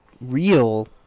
real